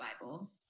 Bible